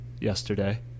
yesterday